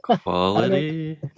Quality